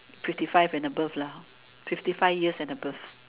fifty five and above lah fifty five years and above